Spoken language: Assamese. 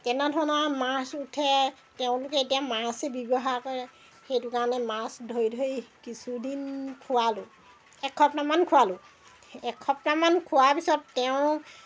তেনেধৰণৰ মাছ উঠে তেওঁলোকে এতিয়া মাছ ব্যৱহাৰ কৰে সেইটো কাৰণে মাছ ধৰি ধৰি কিছুদিন খোৱালোঁ একসপ্তাহমান খোৱালোঁ একসপ্তাহমান খোৱাৰ পিছত তেওঁ